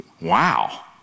wow